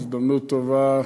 זו הזדמנות טובה,